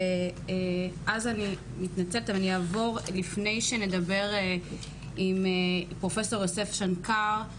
ואז נעבור לשמוע את המודל של קופת חולים